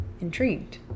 intrigued